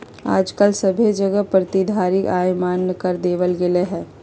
आजकल सभे जगह प्रतिधारित आय मान्य कर देवल गेलय हें